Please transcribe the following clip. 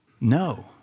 No